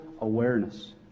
awareness